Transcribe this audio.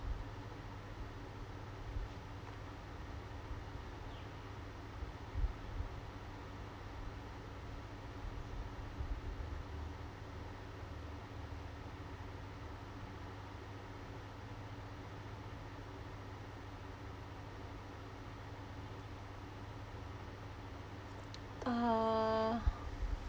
uh